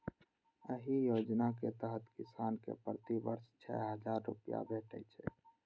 एहि योजना के तहत किसान कें प्रति वर्ष छह हजार रुपैया भेटै छै